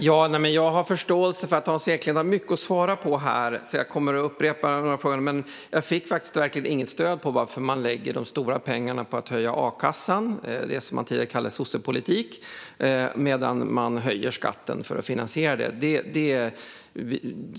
Fru talman! Jag har förståelse för att Hans Eklind har mycket att svara på, så jag kommer att upprepa några frågor. Jag fick verkligen inget svar på varför man lägger de stora pengarna på att höja a-kassan, det man tidigare kallade sossepolitik, medan man höjer skatten för att finansiera det.